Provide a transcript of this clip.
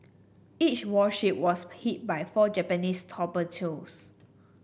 each warship was hit by four Japanese torpedoes